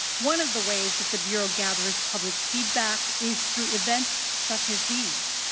one of the ways that the bureau gathers public feedback is through events such as these.